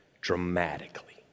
dramatically